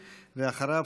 ואחריו,